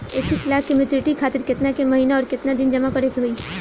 इक्कीस लाख के मचुरिती खातिर केतना के महीना आउरकेतना दिन जमा करे के होई?